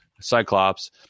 Cyclops